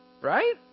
right